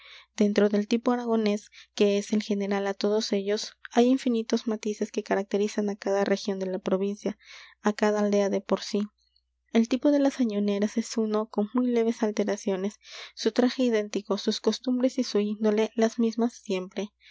dentro del tipo aragonés que es el general á todos ellos hay infinitos matices que caracterizan á cada región de la provincia á cada aldea de por sí el tipo de las añoneras es uno con muy leves alteraciones su traje idéntico sus costumbres y su índole las mismas siempre